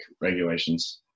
regulations